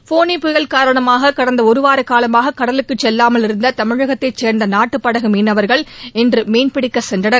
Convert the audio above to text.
ஃபோனி புயல் காரணமாக கடந்த ஒருவாரகாலமாக கடலுக்குச் செல்லாமல் இருந்த தமிழகத்தைச் சேர்ந்த நாட்டுப் படகு மீனவர்கள் இன்று மீன்பிடிக்கச் சென்றனர்